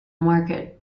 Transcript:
market